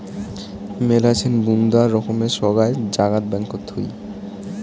মেলাছেন বুন্দা রকমের সোগায় জাগাত ব্যাঙ্কত থুই